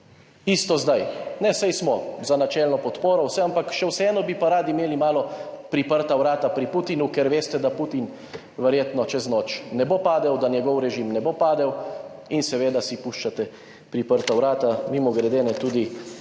Isto zdaj, saj smo za načelno podporo, vse, ampak še vseeno bi pa radi imeli malo priprta vrata pri Putinu, ker veste, da Putin verjetno čez noč ne bo padel, da njegov režim ne bo padel in seveda si puščate priprta vrata. Mimogrede, tudi